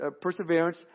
perseverance